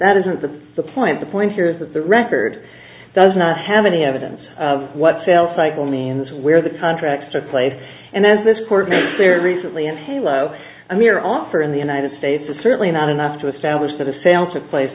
that isn't the point the point here is that the record does not have any evidence of what sales cycle means where the contracts are placed and as this court there recently and hello i'm your offer in the united states is certainly not enough to establish that a sale took place